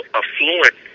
affluent